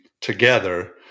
together